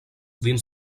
dins